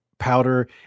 powder